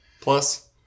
Plus